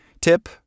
Tip